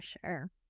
sure